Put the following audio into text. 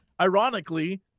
ironically